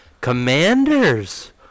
Commanders